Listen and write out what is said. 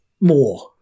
more